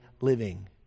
living